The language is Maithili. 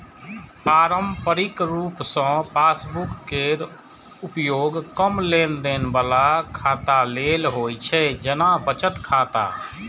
पारंपरिक रूप सं पासबुक केर उपयोग कम लेनदेन बला खाता लेल होइ छै, जेना बचत खाता